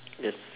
yes